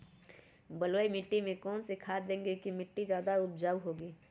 बलुई मिट्टी में कौन कौन से खाद देगें की मिट्टी ज्यादा उपजाऊ होगी?